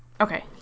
Okay